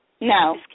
No